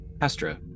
Astra